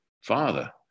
father